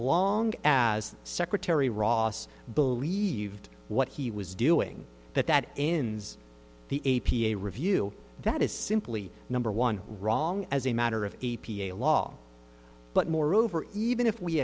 long as secretary ross believed what he was doing that that ends the a p a review that is simply number one wrong as a matter of law but moreover even if we